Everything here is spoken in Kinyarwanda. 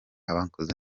abakoze